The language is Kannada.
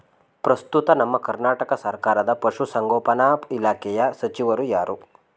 ಪ್ರಸ್ತುತ ನಮ್ಮ ಕರ್ನಾಟಕ ಸರ್ಕಾರದ ಪಶು ಸಂಗೋಪನಾ ಇಲಾಖೆಯ ಸಚಿವರು ಯಾರು?